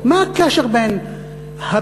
וספורט, מה הקשר בין "הבימה",